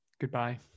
goodbye